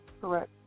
Correct